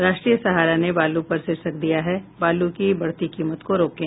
राष्ट्रीय सहारा ने बालू पर शीर्षक दिया है बालू की बढ़ती कीमत को रोकें